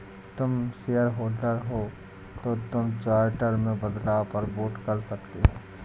तुम शेयरहोल्डर हो तो तुम चार्टर में बदलाव पर वोट कर सकते हो